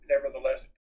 nevertheless